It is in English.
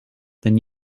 then